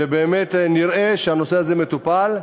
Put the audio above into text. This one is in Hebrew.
שבאמת נראה שהנושא הזה מטופל.